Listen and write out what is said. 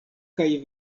kaj